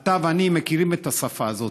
אתה ואני מכירים את השפה הזאת.